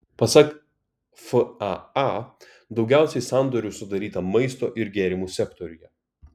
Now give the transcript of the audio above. pasak faa daugiausiai sandorių sudaryta maisto ir gėrimų sektoriuje